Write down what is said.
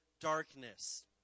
darkness